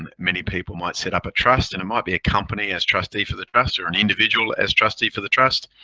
and many people might set up a trust and it might be a company as trustee for the investor. an individual as trustee for the trust.